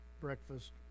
breakfast